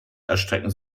erstrecken